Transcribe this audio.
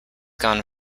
gone